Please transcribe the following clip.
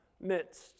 midst